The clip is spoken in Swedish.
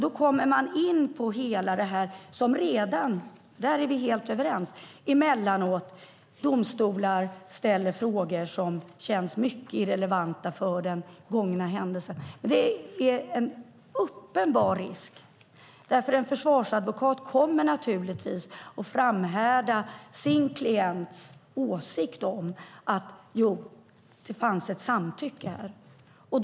Då kommer man in på att domstolar emellanåt ställer frågor som känns mycket irrelevanta för den gångna händelsen. Där är vi helt överens. Men det är en uppenbar risk. En försvarsadvokat kommer naturligtvis att framhärda sin klients åsikt om att det fanns ett samtycke i detta sammanhang.